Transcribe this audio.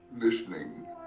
Listening